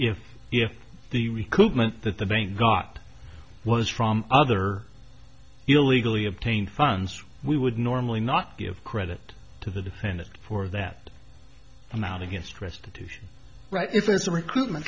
if if the recoupment that the bank got was from other illegally obtained funds we would normally not give credit to the defendant for that amount against restitution right if it's a recruitment